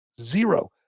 Zero